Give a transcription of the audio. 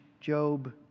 Job